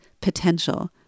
potential